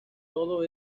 todo